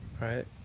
right